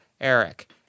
Eric